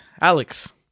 Alex